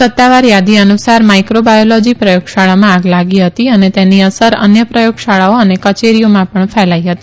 સત્તાવાર થાદી અનુસાર માઇક્રોબાયોલોજી પ્રયોગશાળામાં આગ લાગી હતી અને તેની અસર અન્ય પ્રયોગશાળાઓ અને કચેરીઓમાં પણ ફેલાઇ હતી